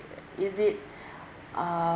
is it uh